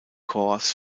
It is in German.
korps